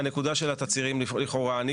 התצהירים לכאורה לצורך העניין,